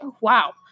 wow